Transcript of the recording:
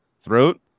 throat